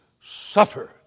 suffer